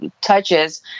touches